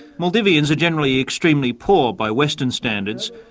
maldivians are generally extremely poor by western standards,